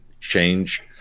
change